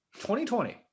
2020